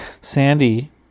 Sandy